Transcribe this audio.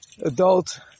adult